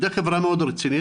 על ידי חברה מאוד רצינית,